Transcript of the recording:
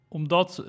omdat